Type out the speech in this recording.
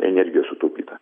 energijos sutaupyta